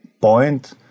point